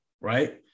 right